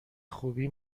خوبی